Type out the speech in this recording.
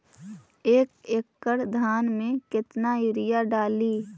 एक एकड़ धान मे कतना यूरिया डाली?